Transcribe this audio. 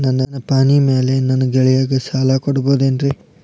ನನ್ನ ಪಾಣಿಮ್ಯಾಲೆ ನನ್ನ ಗೆಳೆಯಗ ಸಾಲ ಕೊಡಬಹುದೇನ್ರೇ?